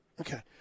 Okay